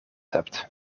hebt